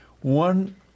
one